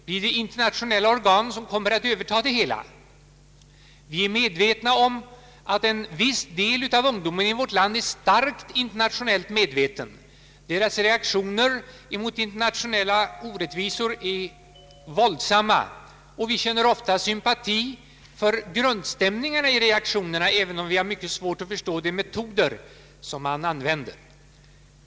Blir det kanske internationella organ som kommer att överta det hela? Vi är medvetna om att en viss del av ungdomen i vårt land är starkt internationellt medveten, dess reaktioner mot internationella orättvisor är våldsamma, och vi känner ofta sympati för grundstämningarna i reaktionerna, även om det är svårt att gilla de metoder dessa ungdomar använder.